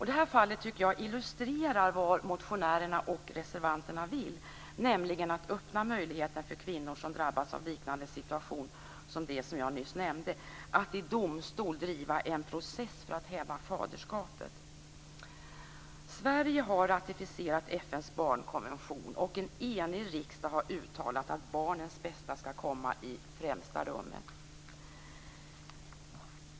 Detta fall illustrerar vad motionärerna och reservanterna vill, nämligen öppna en möjlighet för kvinnor som drabbas av en liknande situation att i domstol driva en process för att häva faderskapet. Sverige har ratificerat FN:s barnkonvention, och en enig riksdag har uttalat att barnets bästa skall komma i främsta rummet.